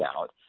out